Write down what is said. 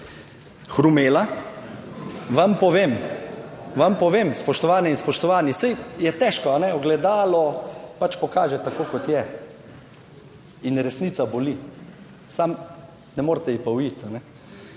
hrumela, vam povem, spoštovane in spoštovani, saj je težko ogledalo, pač, pokaže tako, kot je, in resnica boli, samo ne morete ji pa uiti.